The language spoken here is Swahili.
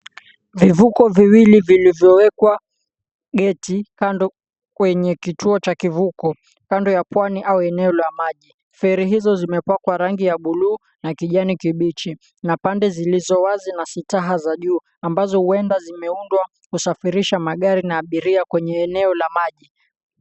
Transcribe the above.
Vivuko viwili vilivyowekwa geti kando kwenye kituo cha kivuko kando ya pwani au eneo la maji, feri hizo zimepakwa rangi ya buluu na kijani kibichi na pande zilizowazi na sitaha ambazo hwenda zimeundwa kisafirisha magari na abiria kwenye eneo la maji.